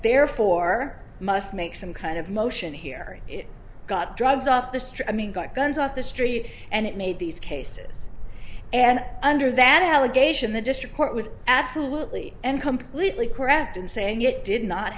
therefore must make some kind of motion here it got drugs off the street i mean got guns off the street and it made these cases and under that allegation the district court was absolutely and completely correct in saying it did not